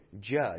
judge